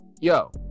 Yo